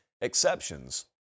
exceptions